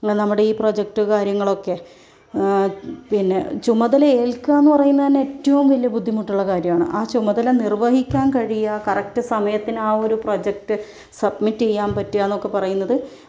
നമ്മടെ ഈ പ്രൊജക്റ്റ് കാര്യങ്ങളൊക്കെ പിന്നെ ചുമതലയേൽക്കാന്ന് പറയുന്നന്നെ ഏറ്റവും വലിയ ബുദ്ധിമുട്ടുള്ള കാര്യമാണ് ആ ചുമതല നിർവഹിക്കാൻ കഴിയുക കറക്റ്റ് സമയത്തിന് ആ ഒരു പ്രൊജക്റ്റ് സബ്മിറ്റ് ചെയ്യാൻ പറ്റുക എന്നൊക്കെ പറയുന്നത്